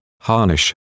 Harnish